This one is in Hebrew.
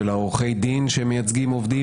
של עורכי הדין שמייצגים עובדים,